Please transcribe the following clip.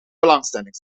belangstelling